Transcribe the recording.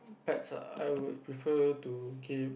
pets ah I would prefer to keep